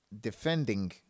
defending